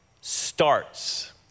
starts